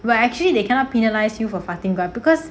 but actually they cannot penalise you for farting lah because